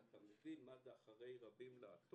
אתה מבין מה זה אחרי רבים לעשות,